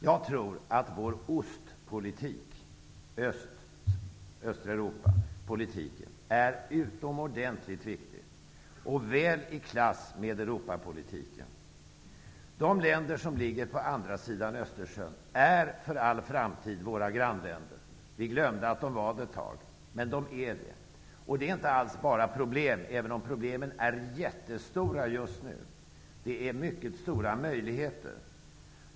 Jag tror att vår Östeuropapolitik är utomordentligt viktig och väl i klass med Europapolitiken. De länder som ligger på andra sidan Östersjön är för all framtid våra grannländer -- vi glömde det ett tag. Det är inte alls bara problem, även om problemen är jättestora just nu. Det finns mycket stora möjligheter.